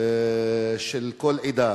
של כל עדה,